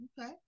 Okay